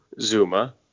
Zuma